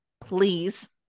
please